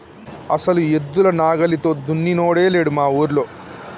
అసలు ఎద్దుల నాగలితో దున్నినోడే లేడు మా ఊరిలో